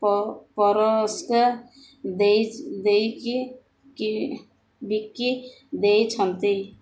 ପ ପରସ୍କା ଦେଇ ଦେଇକି କି ବିକି ଦେଇଛନ୍ତି